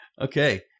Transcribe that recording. Okay